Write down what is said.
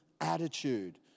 attitude